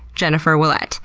jennifer ouellette.